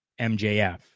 mjf